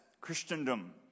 Christendom